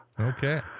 Okay